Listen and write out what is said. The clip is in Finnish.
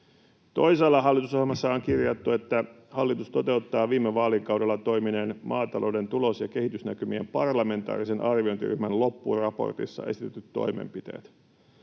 Toisaalla hallitusohjelmassa on kirjattu, että hallitus toteuttaa viime vaalikaudella toimineen maatalouden tulos- ja kehitysnäkymien parlamentaarisen arviointiryhmän loppuraportissa esitetyt toimenpiteet.